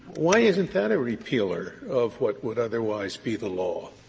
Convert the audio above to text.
why isn't that a repealer of what would otherwise be the law